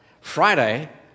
Friday